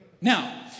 Now